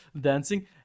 dancing